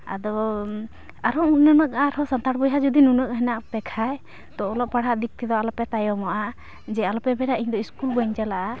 ᱟᱫᱚ ᱟᱨᱦᱚ ᱟᱨᱦᱚ ᱥᱟᱱᱛᱟᱲ ᱵᱚᱭᱦᱟ ᱡᱚᱫᱤ ᱱᱩᱱᱟᱹᱜ ᱦᱮᱱᱟᱜ ᱯᱮ ᱠᱷᱟᱱ ᱛᱚ ᱚᱞᱚᱜᱼᱯᱟᱲᱦᱟᱜ ᱫᱤᱠ ᱛᱮᱫᱚ ᱟᱞᱚᱯᱮ ᱛᱟᱭᱚᱢᱚᱜᱼᱟ ᱡᱮ ᱟᱞᱚᱯᱮ ᱢᱮᱱᱟ ᱡᱮ ᱤᱧᱫᱚ ᱤᱥᱠᱩᱞ ᱵᱟᱹᱧ ᱪᱟᱞᱟᱜᱼᱟ